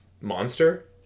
monster